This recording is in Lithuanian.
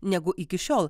negu iki šiol